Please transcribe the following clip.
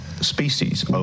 species